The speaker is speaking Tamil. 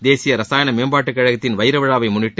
தேசிய ரசாயன மேம்பாட்டு கழகத்தின் வைரவிழாவை முன்னிட்டு